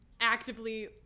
actively